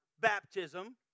baptism